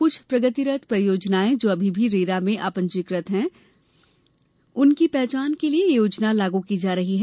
कुछ प्रगतिरत परियोजनाएँ जो अभी भी रेरा में अपंजीकृत हैं उसकी पहचान के लिये यह योजना लागू की जा रही है